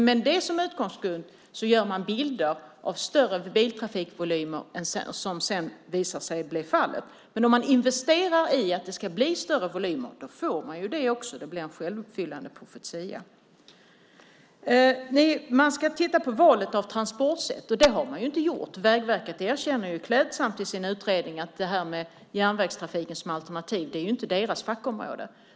Med det som utgångspunkt gör man bilder av större biltrafikvolymer än vad som sedan visar sig bli fallet. Men om man investerar i att volymerna ska bli större får man också det. Det blir en självuppfyllande profetia. Man skulle också titta på valet av transportsätt, men det har inte gjorts. Vägverket erkänner, klädsamt nog, i sin utredning att järnvägstrafiken som ett alternativ inte är deras fackområde.